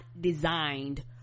designed